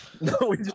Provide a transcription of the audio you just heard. No